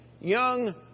young